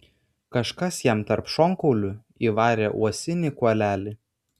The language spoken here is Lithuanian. kažkas jam tarp šonkaulių įvarė uosinį kuolelį